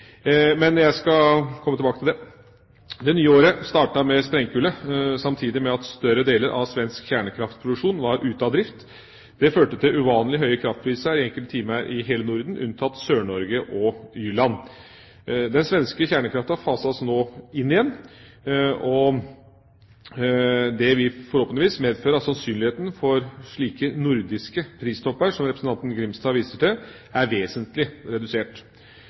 Men jeg skal komme tilbake til det. Det nye året startet med sprengkulde, samtidig med at større deler av svensk kjernekraftproduksjon var ute av drift. Det førte til uvanlig høye kraftpriser i enkelte timer i hele Norden, unntatt Sør-Norge og Jylland. Den svenske kjernekraften fases nå inn igjen, og det vil forhåpentligvis medføre at sannsynligheten for slike nordiske pristopper som representanten Grimstad viser til, er vesentlig redusert.